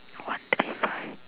one thirty five